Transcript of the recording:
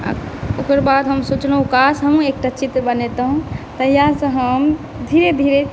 आ ओकर बाद हम सोचलहुँ जे काश हमहूँ एकटा चित्र बनैतहुँ तहिया सँ हम धीरे धीरे